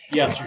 Yes